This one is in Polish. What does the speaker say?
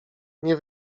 nie